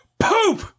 Poop